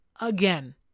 again